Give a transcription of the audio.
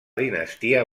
dinastia